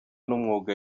n’umwuga